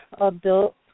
adult